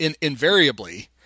invariably